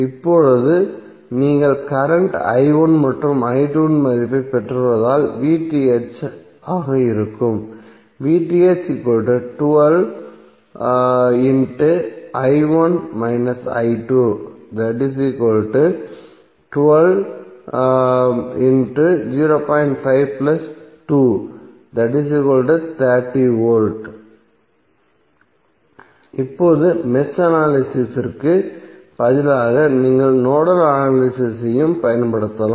இப்போது நீங்கள் கரண்ட் மற்றும் இன் மதிப்பைப் பெற்றுள்ளதால் இருக்கும் V இப்போது மெஷ் அனலிசிஸ் ற்கு பதிலாக நீங்கள் நோடல் அனலிசிஸ் ஐயும் பயன்படுத்தலாம்